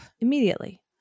Immediately